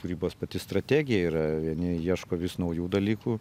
kūrybos pati strategija yra vieni ieško vis naujų dalykų